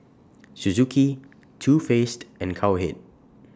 Suzuki Too Faced and Cowhead